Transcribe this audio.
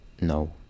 no